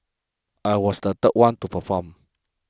I was the third one to perform